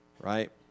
Right